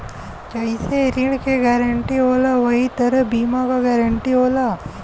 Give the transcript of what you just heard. जइसे ऋण के गारंटी होला वही तरह बीमा क गारंटी होला